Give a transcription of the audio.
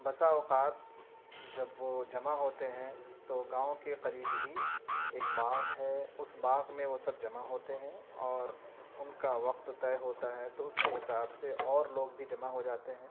بسا اوقات جب وہ جمع ہوتے ہیں تو گاؤں کے قریب ہی ایک باغ ہے اس باغ میں وہ سب جمع ہوتے ہیں اور ان کا وقت طے ہوتا ہے تو اس کے حساب سے اور لوگ بھی جمع ہو جاتے ہیں